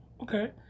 okay